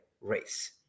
race